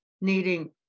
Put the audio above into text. needing